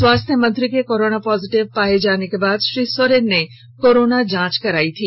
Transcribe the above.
स्वास्थ्य मंत्री के कोरोना पॉजिटिव पाये जाने के बाद श्री सोरेन ने कोरोना जांच करायी थी